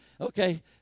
Okay